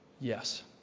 yes